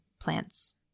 plants